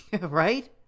Right